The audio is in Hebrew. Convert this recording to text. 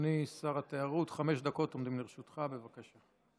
אדוני שר התיירות, חמש דקות לרשותך, בבקשה.